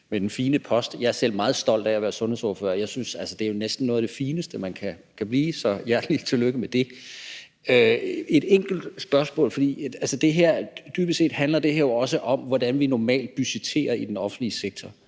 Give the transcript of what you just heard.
med den fine post. Jeg er selv meget stolt over at være sundhedsordfører, og jeg synes næsten, det er noget af det fineste, man kan blive, så hjertelig tillykke med det. Jeg har et enkelt spørgsmål. Dybest set handler det her jo også om, hvordan vi normalt budgetterer i den offentlige sektor,